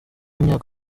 imyaka